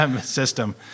system